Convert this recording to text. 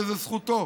וזו זכותו,